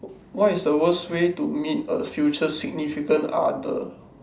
what is the worst way to meet a future significant other